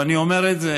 ואני אומר את זה